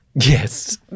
Yes